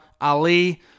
Ali